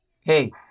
hey